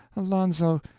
alonzo,